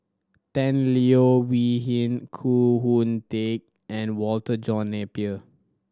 Tan Leo Wee Hin Khoo Oon Teik and Walter John Napier